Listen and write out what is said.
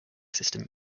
system